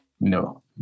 No